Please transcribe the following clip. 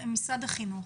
משרד החינוך,